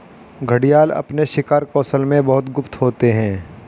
घड़ियाल अपने शिकार कौशल में बहुत गुप्त होते हैं